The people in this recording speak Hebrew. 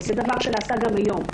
זה דבר שנעשה גם היום.